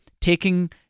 taking